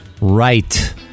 Right